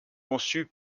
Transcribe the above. conçus